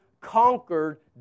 conquered